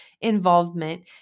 involvement